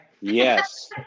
Yes